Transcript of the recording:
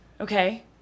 Okay